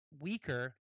weaker